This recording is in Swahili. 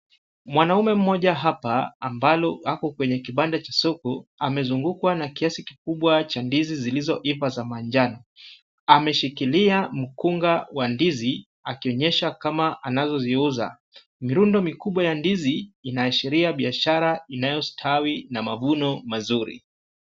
Mwanaume mmoja hapa ambalo ako kwenye kibanda cha soko, amezungukwa na kiasi kikubwa cha ndizi zilizoiva za manjano. Ameshikilia mkunga wa ndizi, akionyesha kama anazoziuza. Mirundo mikubwa ya ndizi inaashiria biashara inayostawi na mavuno mazuri.